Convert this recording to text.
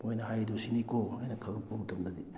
ꯃꯣꯏꯅ ꯍꯥꯏꯔꯤꯗꯣ ꯁꯤꯅꯤꯀꯣ ꯍꯥꯏꯅ ꯈꯪꯉꯛꯄ ꯃꯇꯝꯗꯗꯤ